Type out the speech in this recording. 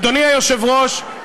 אדוני היושב-ראש,